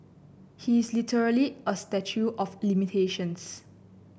he is literally a statue of limitations